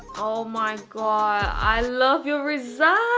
oh my god, i love your result